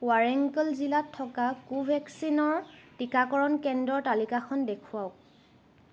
ৱাৰেংগল জিলাত থকা কোভেক্সিনৰ টীকাকৰণ কেন্দ্ৰৰ তালিকাখন দেখুৱাওক